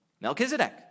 Melchizedek